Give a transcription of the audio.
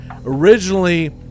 Originally